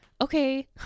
okay